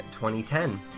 2010